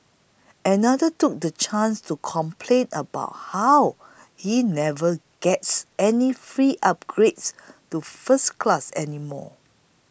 another took the chance to complain about how he never gets any free upgrades to first class anymore